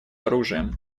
оружием